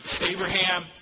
Abraham